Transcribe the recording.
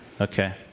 Okay